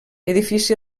edifici